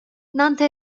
nannte